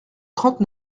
trente